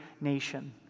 nation